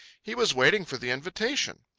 he was waiting for the invitation.